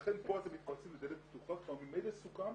לכן פה אתם מתפרצים לדלת פתוחה, כבר ממילא סוכם